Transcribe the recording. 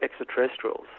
extraterrestrials